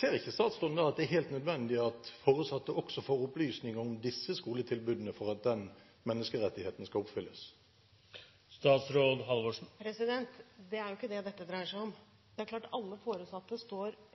Ser ikke statsråden at det er helt nødvendig at foresatte får opplysninger også om disse skoletilbudene for at menneskerettighetene skal oppfylles? Det er jo ikke det dette dreier seg om. Det er klart at alle foresatte